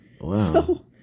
Wow